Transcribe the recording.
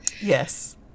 yes